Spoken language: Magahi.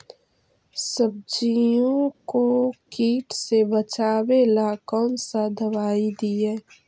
सब्जियों को किट से बचाबेला कौन सा दबाई दीए?